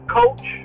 coach